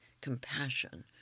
compassion